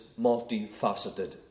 multifaceted